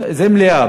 זה מליאה.